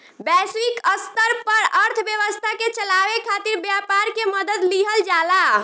वैश्विक स्तर पर अर्थव्यवस्था के चलावे खातिर व्यापार के मदद लिहल जाला